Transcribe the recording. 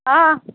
हँ